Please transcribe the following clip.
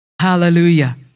Hallelujah